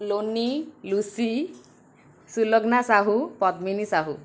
Loni Lucy Sulagna Sahu Padmini Sahu